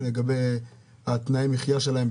לגבי תנאי המחיה שלהם,